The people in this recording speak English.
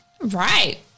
Right